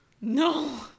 No